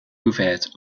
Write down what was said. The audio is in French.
ouverte